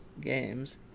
games